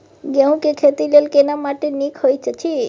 गेहूँ के खेती लेल केना माटी नीक होयत अछि?